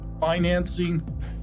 financing